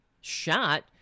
shot